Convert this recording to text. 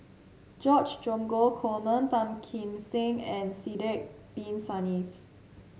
George Dromgold Coleman Tan Kim Seng and Sidek Bin Saniff